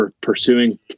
Pursuing